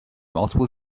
multiple